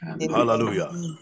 Hallelujah